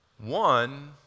One